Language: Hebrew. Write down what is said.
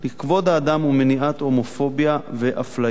לכבוד האדם ומניעת הומופוביה ואפליה.